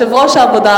יושב-ראש העבודה,